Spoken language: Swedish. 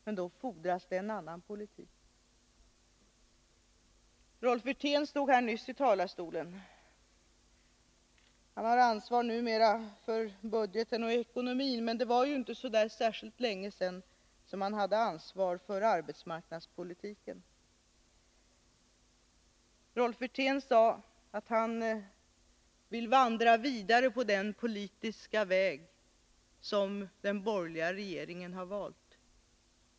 Men då fordras en annan politik. Rolf Wirtén stod nyss i denna talarstol. Han har numera ansvar för budgeten och ekonomin. Men det var inte så länge sedan han hade ansvar för arbetsmarknadspolitiken. Rolf Wirtén sade att han ville vandra vidare på den politiska väg som den borgerliga regeringen har valt.